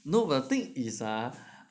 no the thing is ah